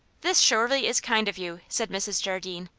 this surely is kind of you, said mrs. jardine.